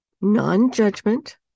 non-judgment